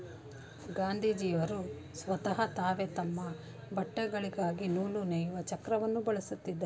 ಗಾಂಧೀಜಿಯವರು ಸ್ವತಹ ತಾವೇ ತಮ್ಮ ಬಟ್ಟೆಗಳಿಗಾಗಿ ನೂಲು ನೇಯುವ ಚಕ್ರವನ್ನು ಬಳಸುತ್ತಿದ್ದರು